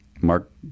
Mark